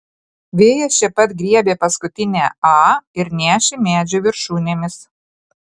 vėjas čia pat griebė paskutinę a ir nešė medžių viršūnėmis